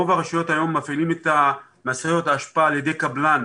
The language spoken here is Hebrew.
רוב הרשויות היום מפעילות את משאיות האשפה על ידי קבלן